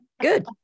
good